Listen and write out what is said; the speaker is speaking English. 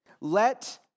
Let